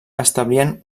establien